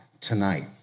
tonight